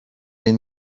این